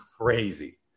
crazy